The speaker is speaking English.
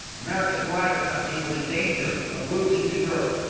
america's ryder cup team was in danger of losing to europe.